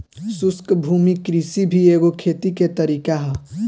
शुष्क भूमि कृषि भी एगो खेती के तरीका ह